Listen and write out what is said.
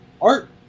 art